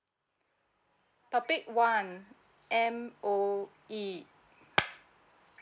topic one M_O_E